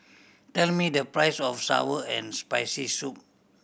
tell me the price of sour and Spicy Soup